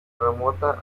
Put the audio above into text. remonta